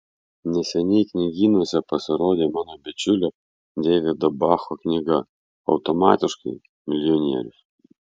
neseniai knygynuose pasirodė mano bičiulio deivido bacho knyga automatiškai milijonierius